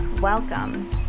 Welcome